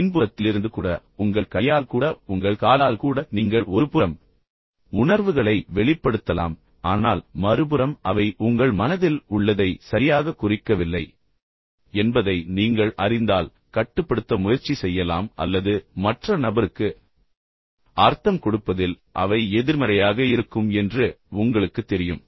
பின்புறத்திலிருந்து கூட உங்கள் கையால் கூட உங்கள் காலால் கூட நீங்கள் ஒருபுறம் உணர்வுகளை வெளிப்படுத்தலாம் ஆனால் மறுபுறம் அவை உங்கள் மனதில் உள்ளதை சரியாக குறிக்கவில்லை என்பதை நீங்கள் அறிந்தால் கட்டுப்படுத்த முயற்சி செய்யலாம் அல்லது மற்ற நபருக்கு அர்த்தம் கொடுப்பதில் அவை எதிர்மறையாக இருக்கும் என்று உங்களுக்குத் தெரியும்